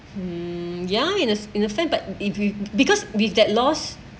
um ya in a in a sense but if we because with that loss